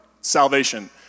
salvation